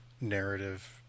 narrative